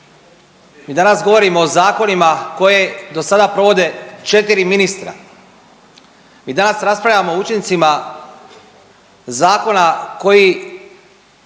mi danas govorimo o zakonima kojeg do sada provode četiri ministra, mi danas raspravljamo o učincima zakona koji